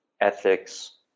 ethics